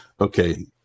okay